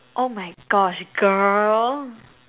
oh my gosh girl